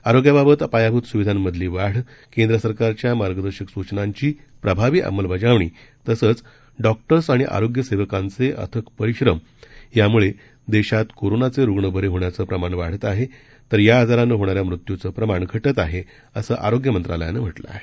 आरोग्याबाबत पायाभूत सुविधांमधली वाढ केंद्र सरकारच्या मार्गदर्शक सूचनांची प्रभावी अंमलबजावणी तसंच डॉक्टर्स आणि आरोग्य सेवकांचे अथक परिश्रम यामुळे देशात कोरोनाचे रुग्ण बरे होण्याचं प्रमाण वाढत आहे तर या आजारानं होणाऱ्या मृत्यूचं प्रमाण घटत आहे असं आरोग्य मंत्रालयानं म्हटलं आहे